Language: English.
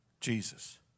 Jesus